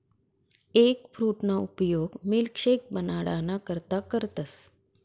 एगफ्रूटना उपयोग मिल्कशेक बनाडाना करता करतस